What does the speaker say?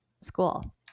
school